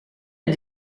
est